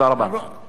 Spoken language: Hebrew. חבר הכנסת אכרם חסון,